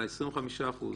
על ה-25%?